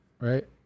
right